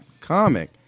comic